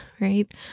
right